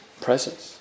presence